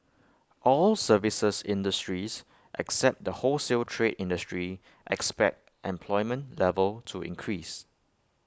all services industries except the wholesale trade industry expect employment level to increase